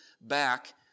back